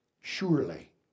surely